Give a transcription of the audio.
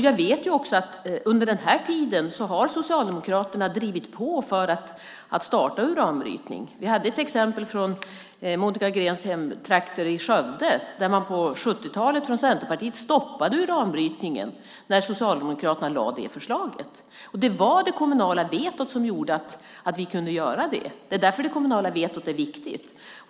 Jag vet också att under den här tiden har Socialdemokraterna drivit på för att starta uranbrytning. Vi hade ett exempel från Monica Greens hemtrakter i Skövde där man på 70-talet från Centerpartiet stoppade uranbrytningen när Socialdemokraterna lade fram det förslaget. Det var det kommunala vetot som gjorde att vi kunde göra det. Det är därför det kommunala vetot är viktigt.